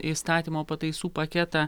įstatymo pataisų paketą